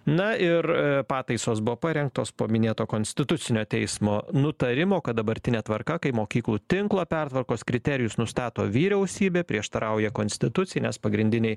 na ir pataisos buvo parengtos po minėto konstitucinio teismo nutarimo kad dabartinė tvarka kai mokyklų tinklo pertvarkos kriterijus nustato vyriausybė prieštarauja konstitucijai nes pagrindiniai